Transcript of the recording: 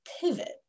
pivot